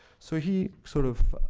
so he sort of